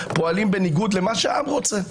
פועלים בניגוד למה שהעם רוצה.